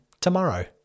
tomorrow